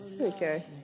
okay